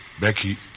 Becky